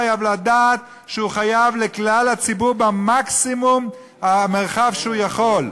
חייב לדעת שהוא חייב לכלל הציבור במקסימום המרחב שהוא יכול.